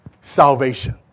salvation